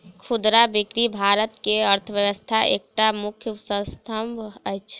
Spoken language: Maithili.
खुदरा बिक्री भारत के अर्थव्यवस्था के एकटा मुख्य स्तंभ अछि